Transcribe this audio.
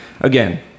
Again